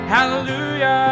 Hallelujah